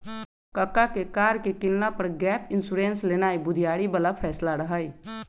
कक्का के कार के किनला पर गैप इंश्योरेंस लेनाइ बुधियारी बला फैसला रहइ